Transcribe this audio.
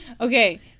Okay